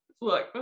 look